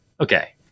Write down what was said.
Okay